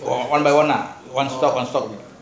for one by one lah one stock one stock